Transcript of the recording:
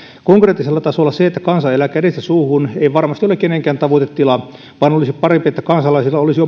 konkreettisella tasolla se että kansa elää kädestä suuhun ei varmasti ole kenenkään tavoitetila vaan olisi oman elämänhallinnankin kannalta parempi että kansalaisilla olisi